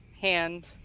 hand